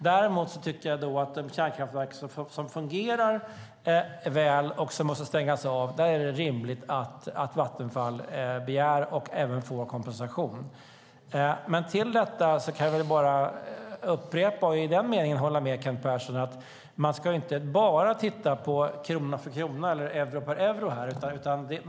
Däremot tycker jag att det är rimligt att Vattenfall begär, och även får, kompensation för de kärnkraftverk som fungerar väl och som måste stängas av. Jag kan bara upprepa, och i den meningen hålla med Kent Persson om, att man inte bara ska titta på krona för krona eller euro för euro.